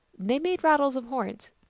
they made rattles of horns.